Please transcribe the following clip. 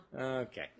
okay